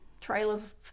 trailers